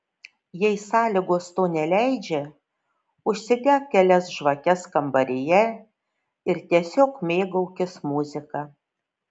jei sąlygos to neleidžia užsidek kelias žvakes kambaryje ir tiesiog mėgaukis muzika